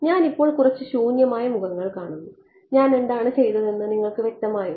ഞാൻ ഇപ്പോൾ കുറച്ച് ശൂന്യമായ മുഖങ്ങൾ കാണുന്നു ഞാൻ എന്താണ് ചെയ്തതെന്ന് നിങ്ങൾക്ക് വ്യക്തമാണോ